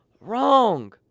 wrong